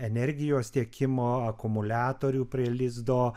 energijos tiekimo akumuliatorių prie lizdo